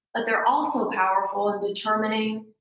but they're also powerful in determining,